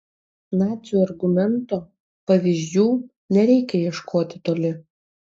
nacių argumento pavyzdžių nereikia ieškoti toli